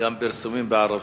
גם פרסומים בערבית.